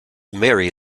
merry